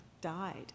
died